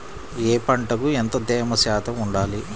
ఏ పంటకు ఎంత తేమ శాతం ఉండాలి?